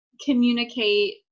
communicate